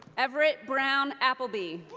everett brown appleby.